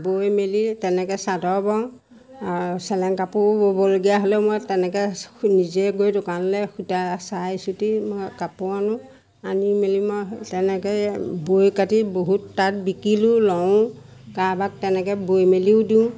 বৈ মেলি তেনেকে চাদৰ বওঁ চেলেং কাপোৰো ব'বলগীয়া হ'লেও মই তেনেকে নিজে গৈ দোকানলে সূতা চাই চিতি মই কাপোৰ আনো আনি মেলি মই তেনেকে বৈ কাটি বহুত তাত বিকিলোঁ লওঁ কাৰবাক তেনেকে বৈ মেলিও দিওঁ